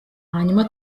hanyuma